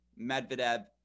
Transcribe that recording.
Medvedev